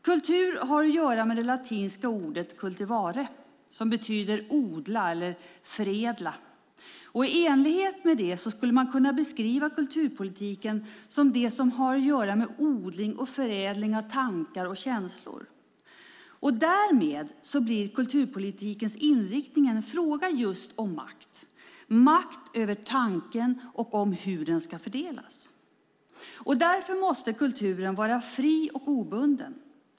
Kultur har att göra med det latinska ordet "cultivare" som betyder odla eller förädla, och i enlighet med det skulle man kunna beskriva kulturpolitiken som det som har att göra med odling och förädling av tankar och känslor. Därmed blir kulturpolitikens inriktning en fråga om just makt. Det handlar om makten över tanken och hur den ska fördelas. Därför måste kulturen vara fri och obunden.